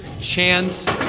chance